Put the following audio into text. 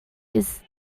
does